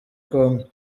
congo